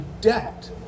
debt